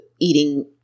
eating